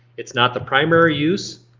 it's not the primary use